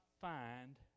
Find